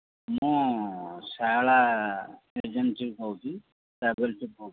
ମୁଁ ସାରଳା ଏଜେନ୍ସିରୁ କହୁଛି